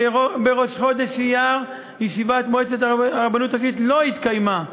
בראש חודש אייר ישיבת מועצת הרבנות הראשית לא התקיימה,